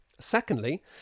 secondly